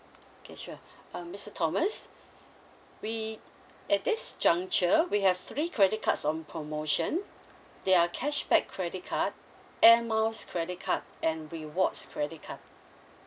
okay sure um mister thomas we at this juncture we have three credit cards on promotion they are cashback credit card airmiles credit card and rewards credit card